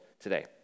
today